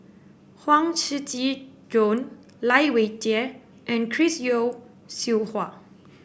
Huang Shiqi Joan Lai Weijie and Chris Yeo Siew Hua